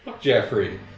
Jeffrey